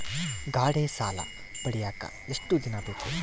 ಗಾಡೇ ಸಾಲ ಪಡಿಯಾಕ ಎಷ್ಟು ದಿನ ಬೇಕು?